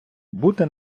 бути